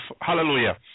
hallelujah